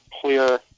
clear